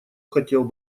хотел